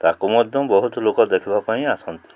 ତାକୁ ମଧ୍ୟ ବହୁତ ଲୋକ ଦେଖିବା ପାଇଁ ଆସନ୍ତି